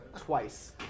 twice